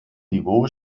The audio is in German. niveau